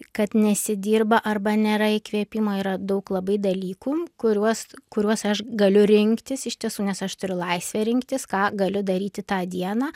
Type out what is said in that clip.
kad nesidirba arba nėra įkvėpimo yra daug labai dalykų kuriuos kuriuos aš galiu rinktis iš tiesų nes aš turiu laisvę rinktis ką galiu daryti tą dieną